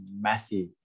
massive